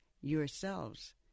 yourselves